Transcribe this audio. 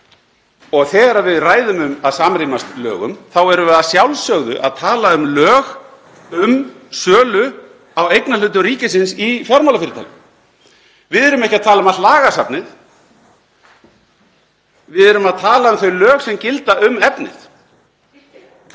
Þegar við ræðum um að samrýmast lögum erum við að sjálfsögðu að tala um lög um sölu á eignarhlutum ríkisins í fjármálafyrirtækjum. Við erum ekki að tala um allt lagasafnið. Við erum að tala um þau lög sem gilda um efnið.